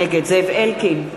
נגד זאב אלקין,